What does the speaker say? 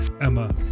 Emma